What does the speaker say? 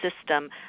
system